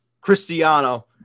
Cristiano